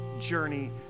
Journey